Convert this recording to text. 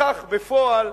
בכך, בפועל,